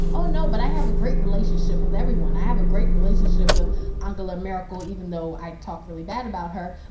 oh, no, but i have a great relationship with everyone. i have a great relationship with angela merkel even though i talk really bad about her.